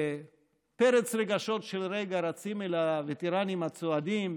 בפרץ רגשות של רגע רצים אל הווטרנים הצועדים,